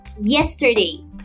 yesterday